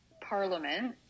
parliament